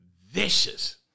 vicious